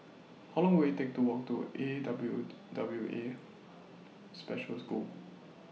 How Long Will IT Take to Walk to A W W A Special School